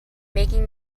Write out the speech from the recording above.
making